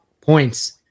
points